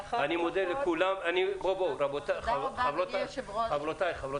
תודה רבה, אדוני היושב-ראש.